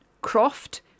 Croft